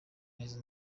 n’izi